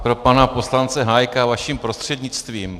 Pro pana poslance Hájka vaším prostřednictvím.